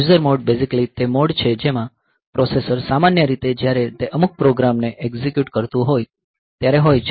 user mode basically તે mode છે જેમાં પ્રોસેસર સામાન્ય રીતે જ્યારે તે અમુક પ્રોગ્રામને એક્ઝિક્યુટ કરતું હોય ત્યારે હોય છે